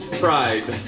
pride